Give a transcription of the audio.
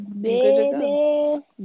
Baby